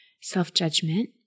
self-judgment